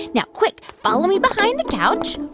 now quick follow me behind the couch.